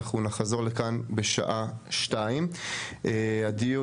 אנחנו נחזור לכאן בשעה 14:00. הדיון,